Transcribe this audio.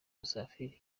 musafiri